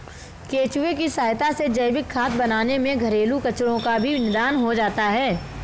केंचुए की सहायता से जैविक खाद बनाने में घरेलू कचरो का भी निदान हो जाता है